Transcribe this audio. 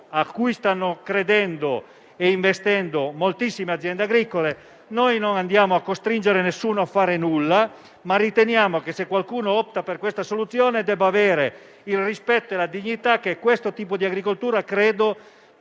quale stanno credendo e investendo moltissime aziende agricole. Non costringiamo nessuno a fare nulla, ma riteniamo che, se qualcuno opta per questa soluzione, debba avere il rispetto e la dignità che questo tipo di agricoltura merita,